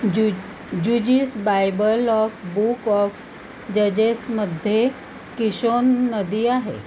ज्यु जुजीस Bible of book of जजेसमध्ये किशोन नदी आहे